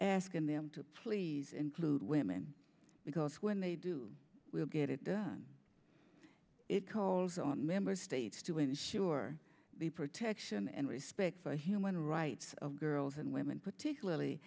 african them to please include women because when they do we'll get it done it calls on member states to ensure the protection and respect for human rights of girls and women particularly